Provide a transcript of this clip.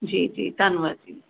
ਜੀ ਜੀ ਧੰਨਵਾਦ ਜੀ